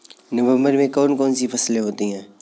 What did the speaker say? नवंबर में कौन कौन सी फसलें होती हैं?